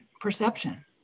perception